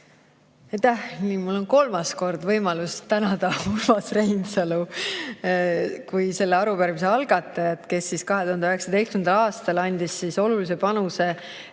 Nii, mul on kolmas kord võimalus tänada Urmas Reinsalu kui selle arupärimise algatajat, kes 2019. aastal andis olulise panuse